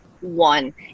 One